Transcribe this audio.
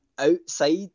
Outside